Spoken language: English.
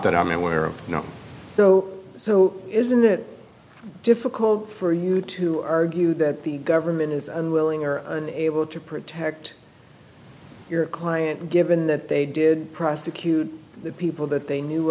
that i'm aware of though so isn't it difficult for you to argue that the government is unwilling or unable to protect your client given that they did prosecute the people that they knew